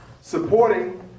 supporting